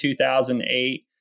2008